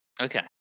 Okay